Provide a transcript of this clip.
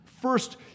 first